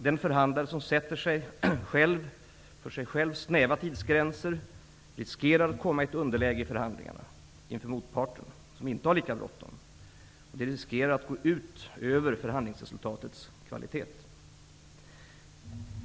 Den förhandlare som för sig själv sätter snäva tidsgränser riskerar att komma i underläge i förhandlingarna inför motparten som inte har lika bråttom. Risken finns då att det går ut över förhandlingsresultatets kvalitet.